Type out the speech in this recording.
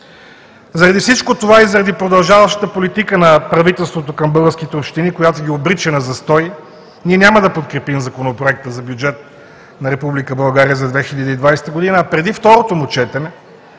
Заради всичко това и заради продължаващата политика на правителството към българските общини, която ги обрича на застой, ние няма да подкрепим Законопроекта за бюджет на Република България за 2020 г., а преди второто му четене